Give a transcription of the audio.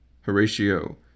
Horatio